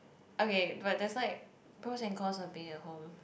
okay but there's like pros and cons of being at home